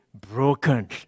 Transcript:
broken